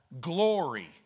Glory